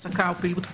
הסקה או פעילות פנאי,